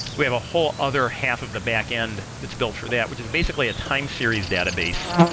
we have a whole other half of the backend that's built for that, which is basically a time series database,